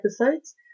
episodes